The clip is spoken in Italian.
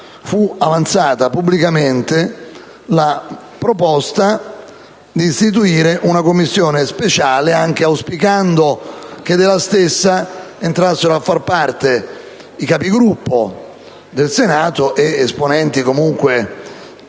fu avanzata pubblicamente la proposta di istituire una Commissione speciale, con l'auspicio che della stessa entrassero a fare parte i Capigruppo del Senato ed altri esponenti che